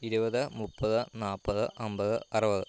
ഇരുപത് മുപ്പത്ത് നാൽപ്പത് അൻപത് അറുപത്